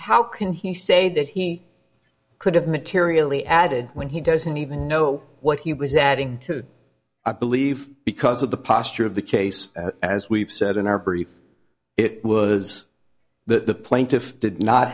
how can he say that he could have materially added when he doesn't even know what he was adding to i believe because of the posture of the case as we've said in our brief it was that the plaintiff did not